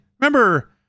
Remember